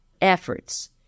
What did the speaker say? efforts